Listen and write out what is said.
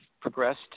progressed